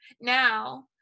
now